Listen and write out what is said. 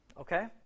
Okay